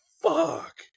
fuck